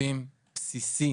שירותים בסיסי.